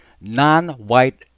Non-white